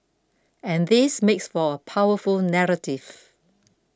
and this makes for a powerful narrative